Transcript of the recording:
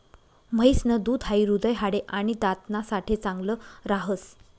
म्हैस न दूध हाई हृदय, हाडे, आणि दात ना साठे चांगल राहस